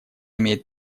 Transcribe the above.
имеет